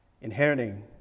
inheriting